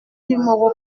numéro